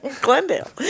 Glendale